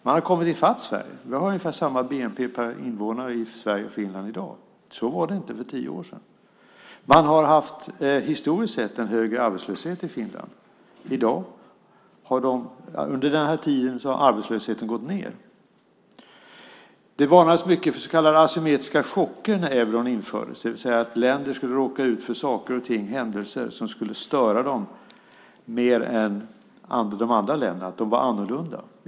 Man har kommit ifatt Sverige. Vi har ungefär samma bnp per invånare i Sverige och Finland i dag. Så var det inte för tio år sedan. Man har historiskt sett haft en högre arbetslöshet i Finland. Under den här tiden har arbetslösheten gått ned. Det varnades mycket för så kallade asymmetriska chocker när euron infördes, det vill säga att länder skulle råka ut för händelser som skulle störa dem mer än de andra länderna för att de var annorlunda.